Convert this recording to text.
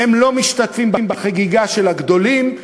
הם לא משתתפים בחגיגה של הגדולים,